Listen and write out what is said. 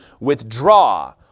withdraw